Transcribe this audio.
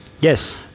Yes